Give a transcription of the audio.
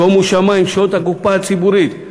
שומו שמים, שוד הקופה הציבורית.